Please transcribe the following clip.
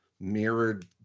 Mirrored